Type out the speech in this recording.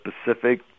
specific